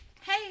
hey